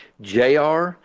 Jr